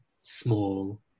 small